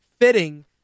fitting